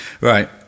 right